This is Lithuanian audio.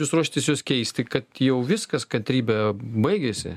jūs ruošiatės juos keisti kad jau viskas kantrybė baigėsi